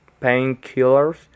painkillers